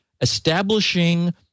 establishing